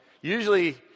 usually